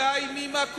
אין לך תשובה.